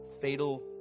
fatal